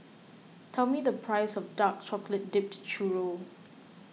tell me the price of Dark Chocolate Dipped Churro